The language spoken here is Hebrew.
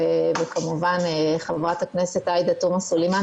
וכמובן חברת הכנסת עאידה תומא סלימאן,